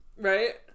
Right